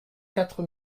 quatre